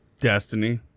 destiny